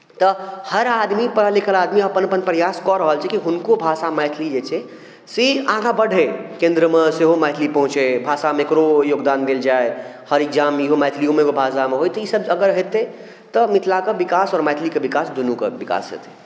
तऽ हर आदमीपर अनेक आदमी अपन अपन प्रयास कऽ रहल छै कि हुनको भाषा मैथलिए छै से आगाँ बढ़ैत केन्द्रमे सेहो मैथली पहुँचै भाषामे एकरो योगदान देल जाय हर एग्जाम इहो मैथलिओमे एगो एग्जाम होय ईसभ अगर हेतै तऽ मिथलाक विकास आ मैथलीके विकास दुनूके विकास हेतै